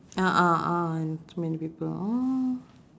ah ah ah so many people oh